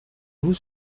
vous